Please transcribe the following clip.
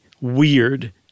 weird